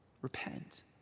Repent